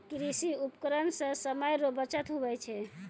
कृषि उपकरण से समय रो बचत हुवै छै